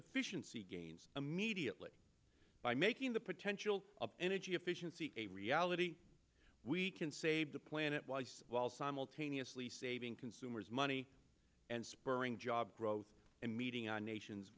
see gains immediately by making the potential of energy efficiency a reality we can save the planet while simultaneously saving consumers money and spurring job growth and meeting our nation's